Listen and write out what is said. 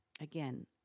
again